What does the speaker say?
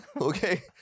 Okay